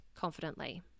confidently